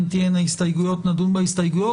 אם תהיינה הסתייגויות, נדון בהסתייגויות.